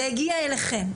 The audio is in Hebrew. זה הגיע אליכם.